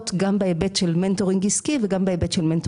וגם אמרתם את